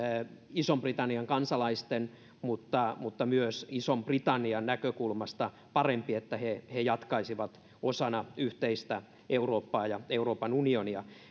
ison britannian kansalaisten mutta mutta myös ison britannian näkökulmasta parempi että he he jatkaisivat osana yhteistä eurooppaa ja euroopan unionia